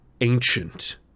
ancient